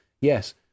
yes